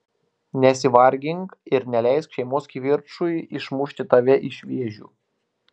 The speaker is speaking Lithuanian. nesivargink ir neleisk šeimos kivirčui išmušti tave iš vėžių